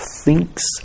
thinks